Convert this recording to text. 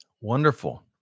Wonderful